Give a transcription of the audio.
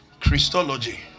Christology